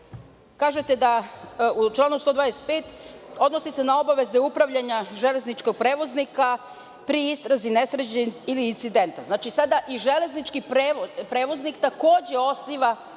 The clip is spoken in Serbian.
Kažete - u članu 125. odnosi se na obaveze upravljanja železničkog prevoznika pri istrazi nesreće ili incidenta. Znači sada i železnički prevoznik takođe osniva